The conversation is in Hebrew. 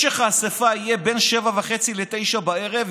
משך האספה יהיה בין 19:30 ו-21:00".